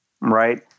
right